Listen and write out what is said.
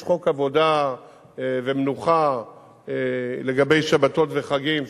יש חוק שעות עבודה ומנוחה לגבי שבתות וחגים,